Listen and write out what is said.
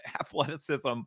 athleticism